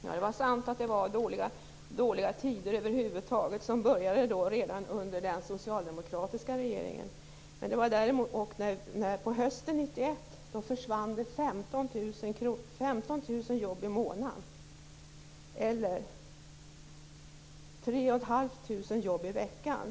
Herr talman! Det är sant att det var dåliga tider. De började under den socialdemokratiska regeringen. Hösten 1991 försvann det 15 000 jobb i månaden eller 3 500 jobb i veckan.